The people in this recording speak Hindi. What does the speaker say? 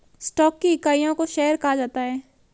स्टॉक की इकाइयों को शेयर कहा जाता है